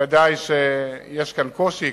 ודאי שיש כאן קושי.